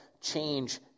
change